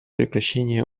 прекращения